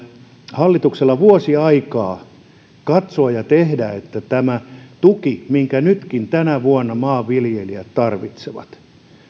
hallituksella vuosi aikaa katsoa ja tehdä että tuki minkä nytkin tänä vuonna maanviljelijät tarvitsevat